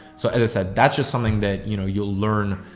so as i said, that's just something that you know, you'll learn,